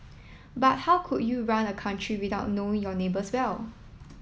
but how could you run a country without knowing your neighbours well